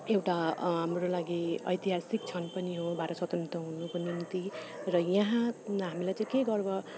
एउटा हाम्रो लागि ऐतिहासिक क्षण पनि हो भारत स्वतन्त्र हुनुको निम्ति र यहाँ हामीलाई चाहिँ के गर्व छ भने